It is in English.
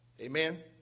Amen